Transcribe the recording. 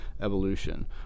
evolution